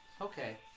Okay